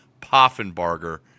Poffenbarger